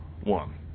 one